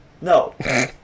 No